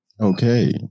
Okay